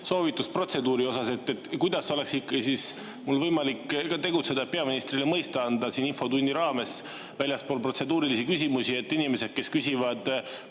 soovitust protseduuri kohta. Kuidas oleks mul võimalik tegutseda, et peaministrile mõista anda siin infotunni raames väljaspool protseduurilisi küsimusi, et inimesed, kes küsivad